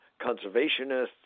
conservationists